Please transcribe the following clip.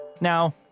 Now